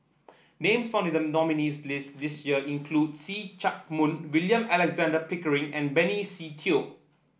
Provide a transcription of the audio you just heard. names found in the nominees' list this year include See Chak Mun William Alexander Pickering and Benny Se Teo